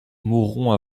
mourront